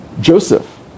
Joseph